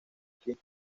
aquí